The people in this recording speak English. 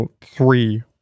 three